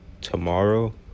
tomorrow